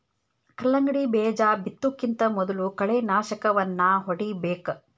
ಕಲ್ಲಂಗಡಿ ಬೇಜಾ ಬಿತ್ತುಕಿಂತ ಮೊದಲು ಕಳೆನಾಶಕವನ್ನಾ ಹೊಡಿಬೇಕ